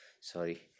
Sorry